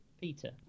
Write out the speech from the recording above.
Peter